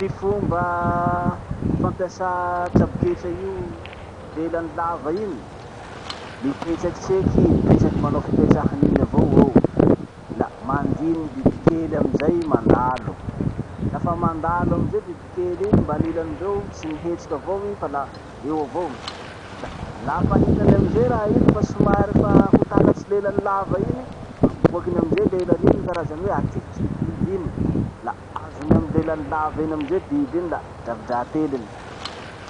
Ty fomba fampiasà traboketra io lelany lava iny: mipetraky tseky i, mipetraky manao fipetrahany iny avao eo, la mandiny bibikely amizay i mandalo. Lafa mandalo amizay bibikely iny mbanilany mbeo, tsy mihetsiky avao i fa la eo avao. Da lafa hitany amizay raha iny fa somary fa ho takatsy lelany lava iny, aboakiny amizay lelany iny, karazany hoe atifitriny biby iny. La azony amy lelany lava iny amizay biby iny la dravy dra ateliny.